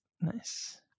Nice